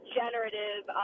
generative